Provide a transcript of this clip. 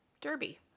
Derby